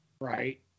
Right